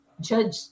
Judge